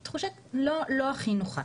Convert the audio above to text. זה לא הכי נעים.